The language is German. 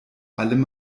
allem